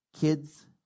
Kids